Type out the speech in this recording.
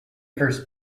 first